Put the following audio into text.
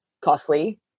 costly